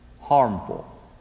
harmful